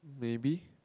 maybe